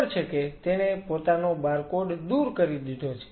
તમને ખબર છે કે તેણે પોતાનો બારકોડ દૂર કરી દીધો છે